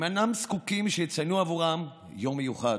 הם אינם זקוקים שיציינו עבורם יום מיוחד,